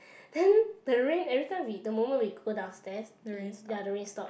then the rain every time we the moment we go downstairs eh ya the rain stop